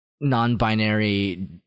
non-binary